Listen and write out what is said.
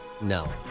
No